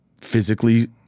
physically